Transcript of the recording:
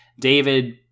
David